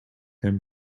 him